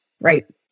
right